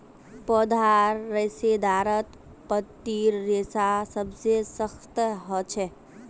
पौधार रेशेदारत पत्तीर रेशा सबसे सख्त ह छेक